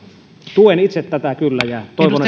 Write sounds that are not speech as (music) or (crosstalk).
tuen kyllä itse tätä ja toivon (unintelligible)